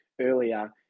earlier